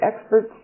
experts